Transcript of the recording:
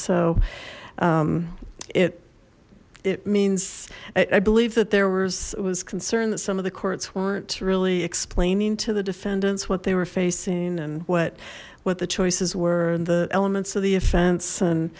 so it it means i believe that there was was concern that some of the courts weren't really explaining to the defendants what they were facing and what what the choices were the elements of the offense and